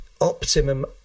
optimum